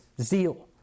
zeal